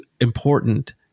important